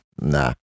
nah